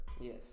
Yes